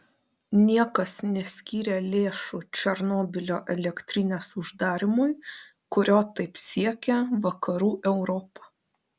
niekas neskyrė lėšų černobylio elektrinės uždarymui kurio taip siekia vakarų europa